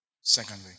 Secondly